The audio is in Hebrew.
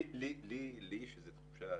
לי יש איזו תחושה,